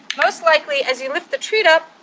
most likely, as you lift the treat up,